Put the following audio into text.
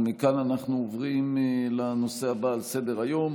ומכאן אנחנו עוברים לנושא הבא על סדר-היום,